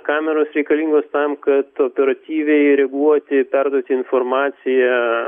kameros reikalingos tam kad operatyviai reaguoti perduoti informaciją